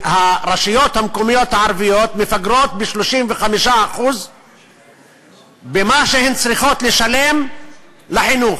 הרשויות המקומיות הערביות מפגרות ב-35% במה שהן צריכות לשלם לחינוך,